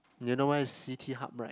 you know where is C_T hub right